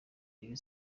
rayon